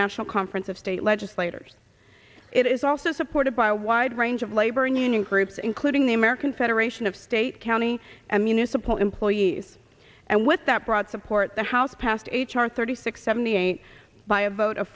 national conference of state legislators it is also supported by a wide range of labor and union groups including the american federation of state county and municipal employees and with that broad support the house passed h r thirty six seventy eight by a